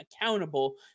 accountable